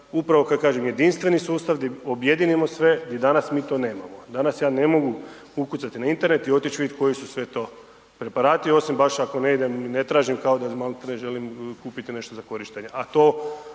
upravo kada kažem, jedinstveni sustav, gdje objedinimo sve i danas mi to nemamo. Danas ja ne mogu ukucati na Internet i otići vidjeti koji su sve to preparati, osim baš ako ne idem, ne tražim kao da maltene želim kupiti nešto za korištenje,